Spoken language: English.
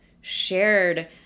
shared